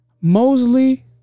Mosley